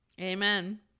Amen